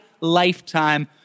lifetime